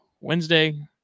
Wednesday